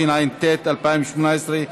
התשע"ט 2018,